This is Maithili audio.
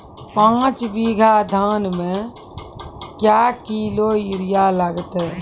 पाँच बीघा धान मे क्या किलो यूरिया लागते?